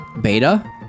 Beta